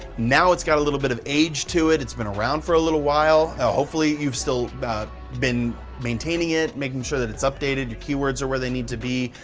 now it's got a little bit of age to it, it's been around for a little while, hopefully, you've still been maintaining it, making sure that it's updated, your keywords are where they need to be,